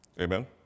Amen